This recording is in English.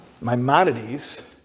Maimonides